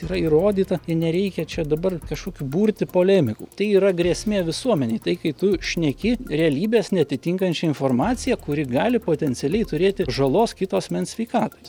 yra įrodyta ir nereikia čia dabar kažkokių burti polemikų tai yra grėsmė visuomenei tai kai tu šneki realybės neatitinkančią informaciją kuri gali potencialiai turėti žalos kito asmens sveikatai